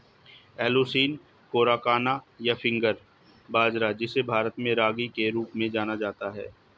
Eleusine coracana, या finger बाजरा, जिसे भारत में रागी के रूप में जाना जाता है